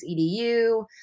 EDU